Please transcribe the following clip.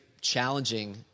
challenging